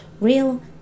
Real